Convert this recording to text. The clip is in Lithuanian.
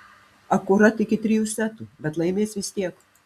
akurat iki trijų setų bet laimės vis tiek